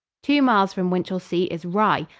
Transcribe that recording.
two miles from winchelsea is rye,